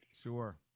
Sure